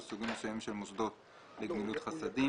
לסוגים מסוימים של מוסדות לגמילות חסדים.